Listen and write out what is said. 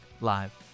Live